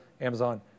Amazon